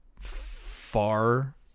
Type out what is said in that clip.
far